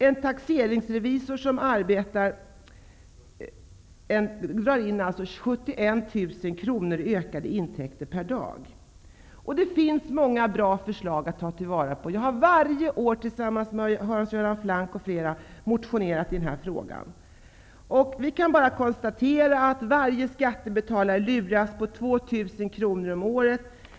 En taxeringsrevisors arbete drar in Det finns många bra förslag att ta till vara. Jag har varje år tillsammans med Hans Göran Franck m.fl. motionerat i denna fråga. Vi kan bara konstatera att varje skattebetalare luras på 2 000 kr om året.